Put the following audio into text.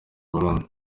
burundi